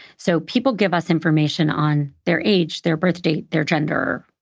so people give us information on their age, their birth date, their gender.